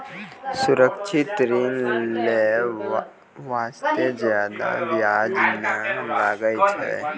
सुरक्षित ऋण लै बास्ते जादा बियाज नै लागै छै